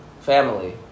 family